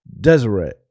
Deseret